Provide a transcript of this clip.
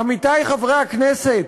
עמיתי חברי הכנסת,